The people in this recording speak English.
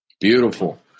beautiful